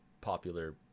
popular